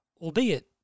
albeit